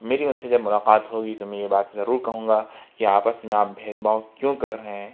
میری ان سے جب ملاقات ہوگی تو میں یہ بات ضرور کہوں گا کہ آپس میں آپ بھید بھاؤ کیوں کر رہے ہیں